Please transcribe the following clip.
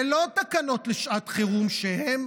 ולא תקנות לשעת חירום, שהן